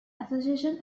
association